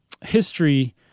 history